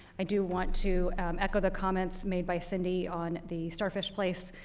i do want to echo the comments made by cindy on the starfish place.